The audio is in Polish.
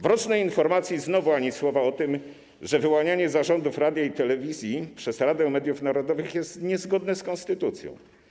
W rocznej informacji znowu ani słowa o tym, że wyłanianie zarządów radia i telewizji przez Radę Mediów Narodowych jest niezgodne z konstytucją.